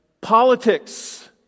politics